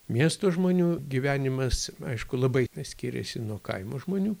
miesto žmonių gyvenimas aišku labai skiriasi nuo kaimo žmonių